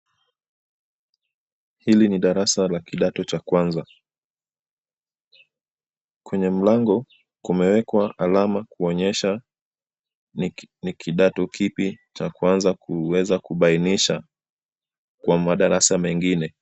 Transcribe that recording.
Hili ni darasa la kidato cha kwanza. Kwenye mlango kumewekwa alama kuonyesha ni kidato kipi cha kwanza kuweza kubainisha kwa madarasa mengine.